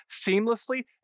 seamlessly